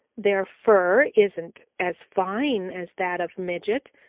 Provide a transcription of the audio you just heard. their fur isn't as fine as that of midget,